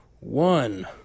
one